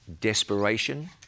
Desperation